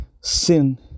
Sin